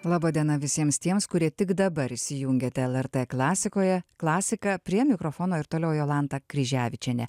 laba diena visiems tiems kurie tik dabar įsijungėte lrt klasikoje klasiką prie mikrofono ir toliau jolanta kryževičienė